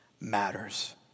matters